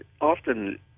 Often